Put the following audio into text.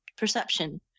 perception